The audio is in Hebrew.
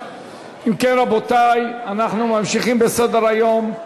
אם כן, רבותי, אנחנו ממשיכים בסדר-היום.